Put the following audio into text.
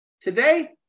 Today